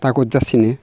थागद जासिनो